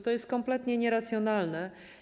To jest kompletnie nieracjonalne.